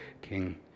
king